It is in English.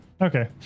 Okay